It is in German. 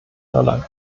irland